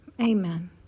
Amen